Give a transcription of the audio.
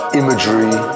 imagery